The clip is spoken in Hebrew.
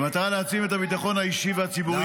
-- במטרה להעצים את הביטחון האישי והציבורי.